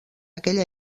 aquella